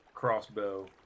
crossbow